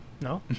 No